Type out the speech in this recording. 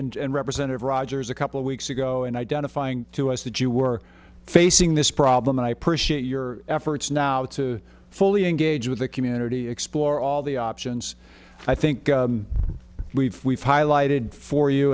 and representative rogers a couple of weeks ago and identifying to us that you were facing this problem and i appreciate your efforts now to fully engage with the community explore all the options i think we've highlighted for you